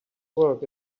work